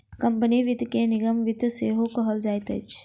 company वित्त के निगम वित्त सेहो कहल जाइत अछि